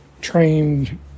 trained